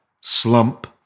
slump